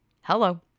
Hello